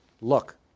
look